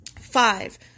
five